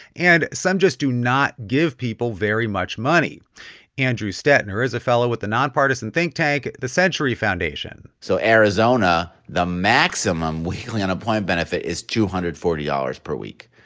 and some just do not give people very much money andrew stettner is a fellow with the nonpartisan think tank the century foundation so arizona the maximum weekly unemployment benefit is two hundred and forty dollars per week,